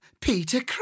Peter